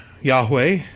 Yahweh